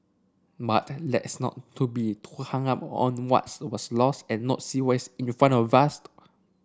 but let's not too be too hung up on what's was lost and not see what is in front of